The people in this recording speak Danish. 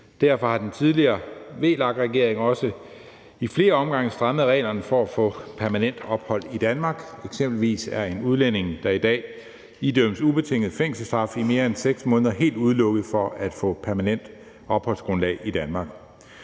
Derfor har den tidligere VLAK-regering også ad flere omgange strammet reglerne for at få permanent ophold i Danmark. Eksempelvis er en udlænding, der i dag idømmes ubetinget fængselsstraf i mere end 6 måneder, helt udelukket fra at få permanent opholdsgrundlag i Danmark.